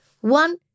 One